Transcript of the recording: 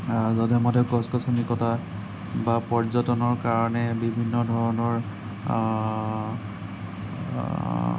যধে মধে গছ গছনি কটা বা পৰ্যটনৰ কাৰণে বিভিন্ন ধৰণৰ